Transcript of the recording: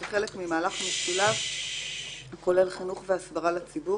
וכחלק ממהלך משולב הכולל חינוך והסברה לציבור